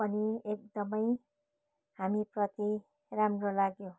पनि एकदमै हामीप्रति राम्रो लाग्यो